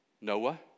Noah